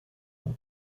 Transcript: old